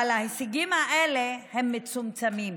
אבל ההישגים האלה הם מצומצמים.